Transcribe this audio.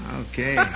okay